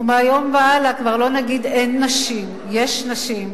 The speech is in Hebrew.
ומהיום והלאה כבר לא נגיד "אין נשים"; יש נשים,